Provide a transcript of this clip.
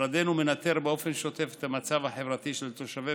משרדנו מנטר באופן שוטף את המצב החברתי של תושבי